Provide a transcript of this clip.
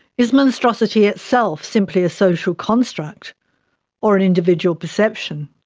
is monstrosity itself simply a social construct or an individual perception?